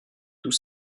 tous